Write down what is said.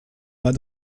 pas